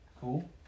cool